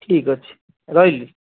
ଠିକ୍ ଅଛି ରହିଲି